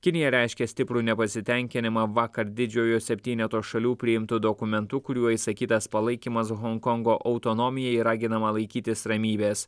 kinija reiškia stiprų nepasitenkinimą vakar didžiojo septyneto šalių priimtu dokumentu kuriuo išsakytas palaikymas honkongo autonomijai raginama laikytis ramybės